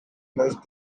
placed